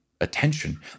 attention